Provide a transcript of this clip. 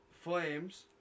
Flames